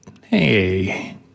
Hey